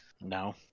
No